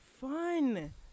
fun